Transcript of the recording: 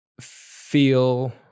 feel